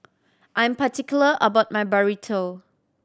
I'm particular about my Burrito